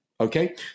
okay